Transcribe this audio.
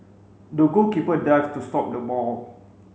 the goalkeeper dived to stop the ball